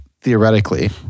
theoretically